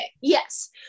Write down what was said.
yes